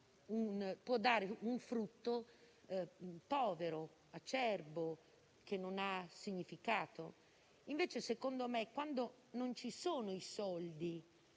possa dare un frutto povero, acerbo, che non ha significato. Invece, secondo me, è quando non ci sono i soldi